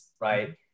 Right